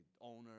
owner